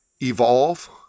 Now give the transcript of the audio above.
evolve